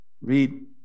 Read